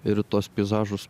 ir į tuos peizažus